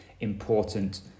important